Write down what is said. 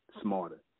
smarter